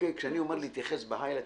כשאני אומר להתייחס בהיי-לייט,